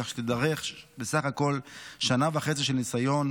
כך שתידרש בסך הכול שנה וחצי של ניסיון,